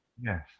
Yes